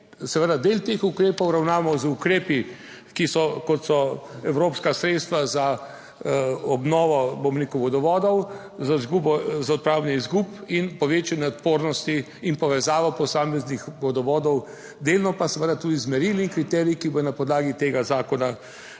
Seveda del teh ukrepov ravnamo z ukrepi, ki so, kot so evropska sredstva za obnovo, bom rekel, vodovodov za izgubo, za odpravljanje izgub in povečanje odpornosti in povezavo posameznih vodovodov, delno pa seveda tudi z merili in kriteriji, ki bodo na podlagi tega zakona